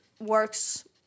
works